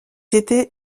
étaient